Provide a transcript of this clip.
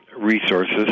resources